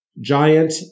giant